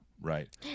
right